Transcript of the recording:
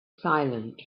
silent